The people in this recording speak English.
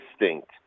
instinct